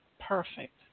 perfect